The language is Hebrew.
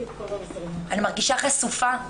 אני מרגישה חשופה.